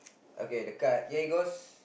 okay the card here it goes